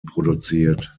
produziert